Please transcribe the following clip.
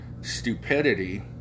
stupidity